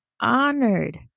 honored